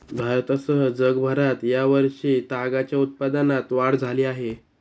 भारतासह जगभरात या वर्षी तागाच्या उत्पादनात वाढ झाली आहे